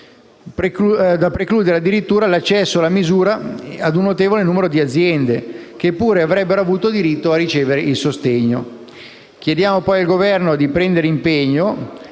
precluso l'accesso alla misura a un notevole numero di aziende che pure avrebbero avuto diritto a ricevere il sostegno. Chiediamo poi al Governo di prendere impegno